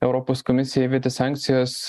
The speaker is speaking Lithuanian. europos komisija įvedė sankcijas